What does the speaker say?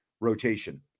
Rotation